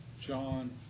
John